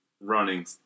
running